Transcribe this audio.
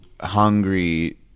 hungry